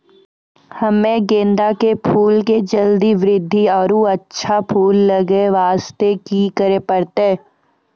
हम्मे गेंदा के फूल के जल्दी बृद्धि आरु अच्छा फूल लगय वास्ते की करे परतै?